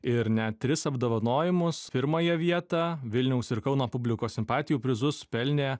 ir net tris apdovanojimus pirmąją vietą vilniaus ir kauno publikos simpatijų prizus pelnė